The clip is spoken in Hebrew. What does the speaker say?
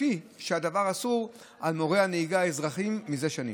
כפי שהדבר אסור על מורי נהיגה אזרחיים זה שנים.